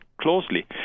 closely